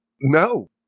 No